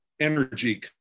Energy